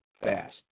fast